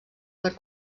per